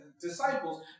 disciples